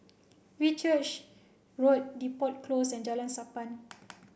Whitchurch Road Depot Close and Jalan Sappan